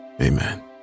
Amen